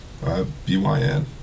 BYN